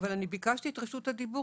אבל אני ביקשתי את רשות הדיבור,